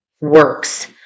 works